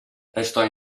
restò